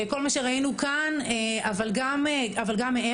כל מה שראינו כאן אבל גם מעבר,